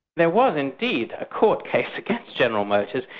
there was indeed a court case against general motors.